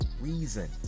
reason